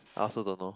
I also don't know